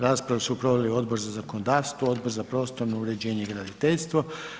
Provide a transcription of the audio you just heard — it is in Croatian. Raspravu su proveli Odbor za zakonodavstvo, Odbor za prostorno uređenje i graditeljstvo.